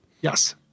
Yes